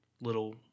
little